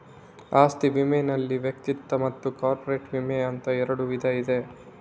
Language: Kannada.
ಆಸ್ತಿ ವಿಮೆನಲ್ಲಿ ವೈಯಕ್ತಿಕ ಮತ್ತು ಕಾರ್ಪೊರೇಟ್ ವಿಮೆ ಅಂತ ಎರಡು ವಿಧ ಇದೆ